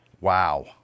Wow